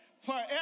forever